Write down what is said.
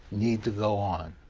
needs to go on.